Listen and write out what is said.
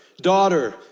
Daughter